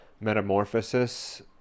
Metamorphosis